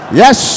yes